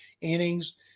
innings